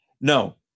No